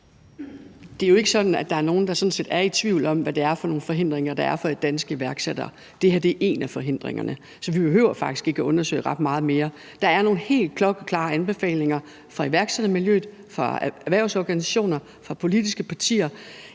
Det er jo ikke sådan, at der er nogen, der sådan set er i tvivl om, hvad det er for nogle forhindringer, der er for danske iværksættere. Det her er en af forhindringerne, så vi behøver faktisk ikke at undersøge ret meget mere. Der er nogle helt klokkeklare anbefalinger fra iværksættermiljøet, fra erhvervsorganisationer og politiske partier.